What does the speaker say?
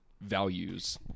values